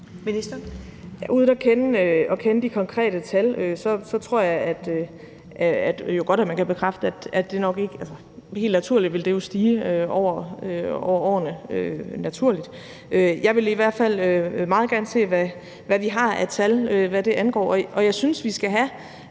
Uden at kende de konkrete tal tror jeg jo godt, at man kan bekræfte, at det helt naturligt vil stige over årene. Jeg vil i hvert fald meget gerne se, hvad vi har af tal, hvad det angår. Og jeg synes, vi skal have